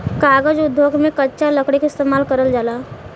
कागज उद्योग में कच्चा लकड़ी क इस्तेमाल करल जाला